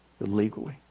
illegally